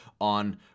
on